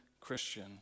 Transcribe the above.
Christian